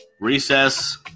Recess